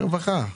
הרווחה.